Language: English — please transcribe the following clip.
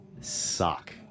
suck